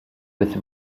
with